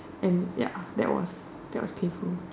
and ya that was that was painful